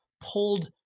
pulled